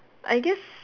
I guess